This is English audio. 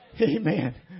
Amen